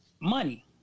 money